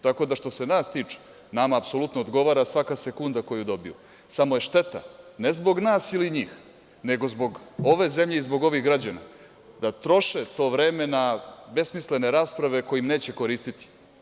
Tako da, što se nas tiče, nama apsolutno odgovara svaka sekunda koju dobiju, samo je šteta ne zbog nas ili njih, nego zbog ove zemlje i zbog ovih građana da troše to vreme na besmislene rasprava koje im neće koristiti.